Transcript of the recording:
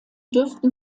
dürften